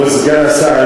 כבוד סגן השר,